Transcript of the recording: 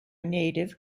native